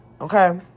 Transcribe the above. okay